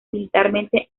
militarmente